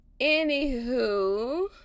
anywho